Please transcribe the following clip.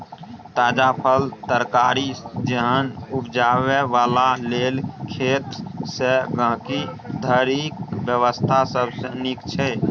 ताजा फल, तरकारी जेहन उपजाबै बला लेल खेत सँ गहिंकी धरिक व्यवस्था सबसे नीक छै